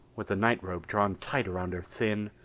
with a nightrobe drawn tight around her thin,